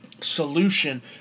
solution